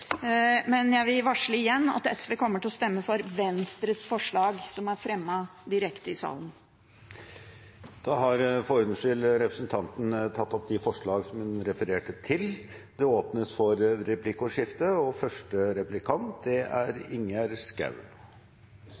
men jeg vil igjen varsle at SV kommer til å stemme for Venstres forslag, som er fremmet direkte i salen. : Det blir replikkordskifte. Jeg har et veldig konkret spørsmål til representanten fra SV. Det er